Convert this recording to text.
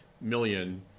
million